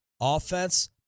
offense